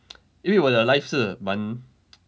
因为我的 life 是蛮